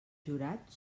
jurat